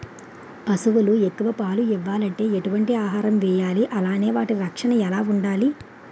పశువులు ఎక్కువ పాలు ఇవ్వాలంటే ఎటు వంటి ఆహారం వేయాలి అలానే వాటి రక్షణ ఎలా వుండాలి?